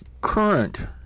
current